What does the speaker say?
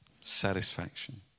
Satisfaction